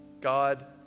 God